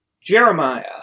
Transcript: Jeremiah